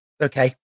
Okay